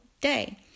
day